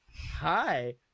Hi